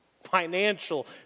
financial